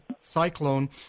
cyclone